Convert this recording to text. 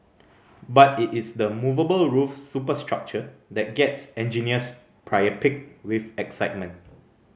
but it is the movable roof superstructure that gets engineers priapic with excitement